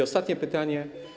Ostatnie pytanie.